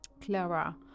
Clara